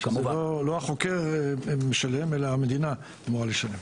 לא החוקר משלם אלא המדינה אמורה לשלם.